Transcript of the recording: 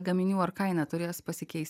gaminių ar kaina turės pasikeisti